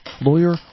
lawyer